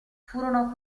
furono